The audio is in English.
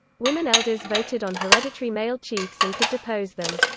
women elders voted on hereditary male chiefs and could depose them.